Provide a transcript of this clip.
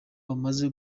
bamaze